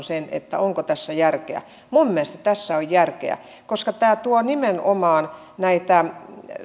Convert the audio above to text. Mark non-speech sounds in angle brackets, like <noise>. <unintelligible> sen että onko tässä järkeä tässä on järkeä koska nimenomaan